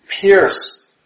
pierce